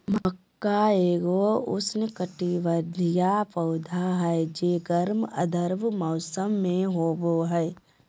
मक्का एगो उष्णकटिबंधीय पौधा हइ जे गर्म आर्द्र मौसम में होबा हइ